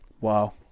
wow